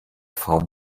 frauen